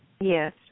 Yes